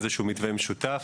איזשהו מתווה משותף.